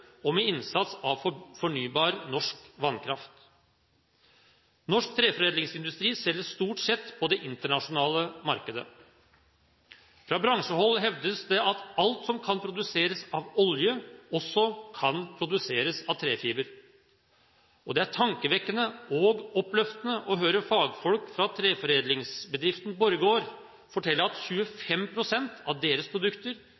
innsats av fornybar norsk vannkraft. Norsk treforedlingsindustri selger stort sett på det internasjonale markedet. Fra bransjehold hevdes det at alt som kan produseres av olje, også kan produseres av trefiber, og det er tankevekkende og oppløftende å høre fagfolk fra treforedlingsbedriften Borregaard fortelle at 25 pst. av deres produkter